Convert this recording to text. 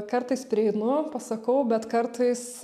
kartais prieinu pasakau bet kartais